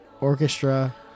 Orchestra